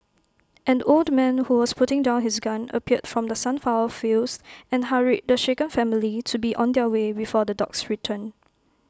an old man who was putting down his gun appeared from the sunflower fields and hurried the shaken family to be on their way before the dogs return